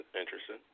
interesting